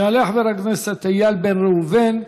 יעלה חבר הכנסת איל בן ראובן,